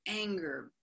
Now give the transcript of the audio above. anger